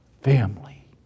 family